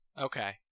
Okay